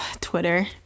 Twitter